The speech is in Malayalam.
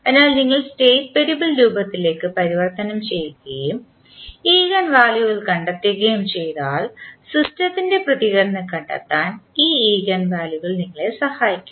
അതിനാൽ നിങ്ങൾ സ്റ്റേറ്റ് വേരിയബിൾ രൂപത്തിലേക്ക് പരിവർത്തനം ചെയ്യുകയും ഈഗൻ വാല്യുകൾ കണ്ടെത്തുകയും ചെയ്താൽ സിസ്റ്റത്തിൻറെ പ്രതികരണം കണ്ടെത്താൻ ഈ ഈഗൻ വാല്യുകൾ നിങ്ങളെ സഹായിക്കും